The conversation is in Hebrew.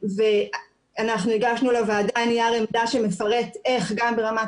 אנחנו הגשנו לוועדה נייר עמדה שמפרט איך גם ברמת